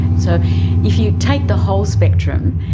so if you take the whole spectrum,